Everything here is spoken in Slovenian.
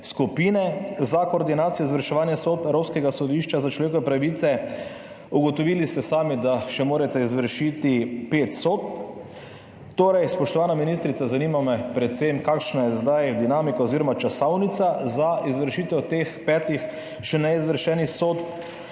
za koordinacijo izvrševanja sodb Evropskega sodišča za človekove pravice, sami ste ugotovili, da morate izvršiti še pet sodb. Spoštovana ministrica, zanima me predvsem: Kakšna je dinamika oziroma časovnica za izvršitev teh petih še neizvršenih sodb?